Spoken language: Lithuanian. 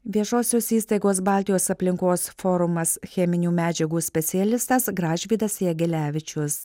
viešosios įstaigos baltijos aplinkos forumas cheminių medžiagų specialistas gražvydas jegelevičius